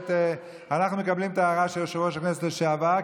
אנחנו מקבלים את ההערה של יושב-ראש הכנסת לשעבר,